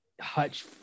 Hutch